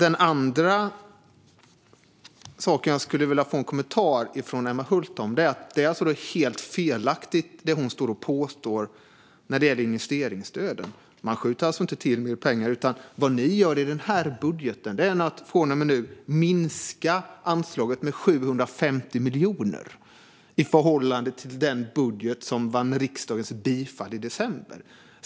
En annan sak som jag skulle vilja få en kommentar från Emma Hult om är att det hon står här och påstår om investeringsstöden är helt felaktigt. Ni skjuter inte till mer pengar. Vad ni gör i denna budget är att från och med nu minska anslaget med 750 miljoner i förhållande till den budget som vann riksdagens bifall i december.